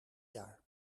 jaar